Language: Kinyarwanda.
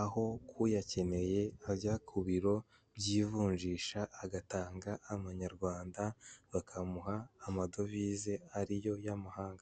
aho uyakeneye ajya ku biro by'ivunjisha, agatanga amanyarwanda agatanga amadovize ariyo y'amanyamahanga.